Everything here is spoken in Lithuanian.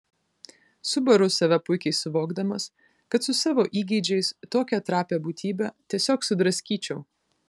subaru save puikiai suvokdamas kad su savo įgeidžiais tokią trapią būtybę tiesiog sudraskyčiau